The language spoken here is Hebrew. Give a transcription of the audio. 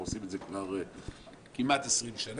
אנחנו עושים את זה כבר כמעט 20 שנה,